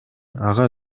ага